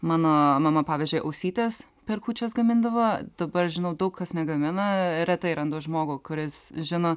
mano mama pavyzdžiui ausytes per kūčias gamindavo dabar žinau daug kas negamina retai randu žmogų kuris žino